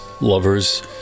lovers